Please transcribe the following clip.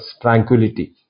tranquility